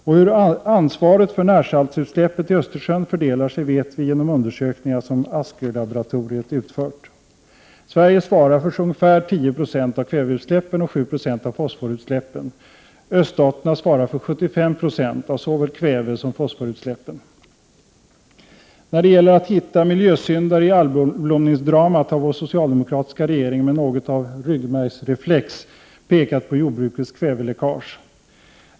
Och hur ansvaret för närsaltutsläppen fördelar sig vet vi genom undersökningar som Askölaboratoriet utfört. Sverige svarar för ca 10 96 av kväveutsläppen och 7 96 av fosforutsläppen. Öststaterna svarar för 75 96 av såväl kvävesom fosforutsläppen. När det gäller att hitta miljösyndare i algblomningsdramat har vår socialdemokratiska regering med något av en ryggmärgsreflex pekat på jordbrukets kväveläckage.